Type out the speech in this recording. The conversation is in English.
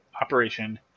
operation